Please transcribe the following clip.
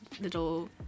little